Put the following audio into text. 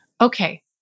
Okay